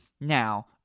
now